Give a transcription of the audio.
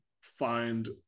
find